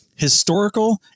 Historical